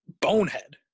bonehead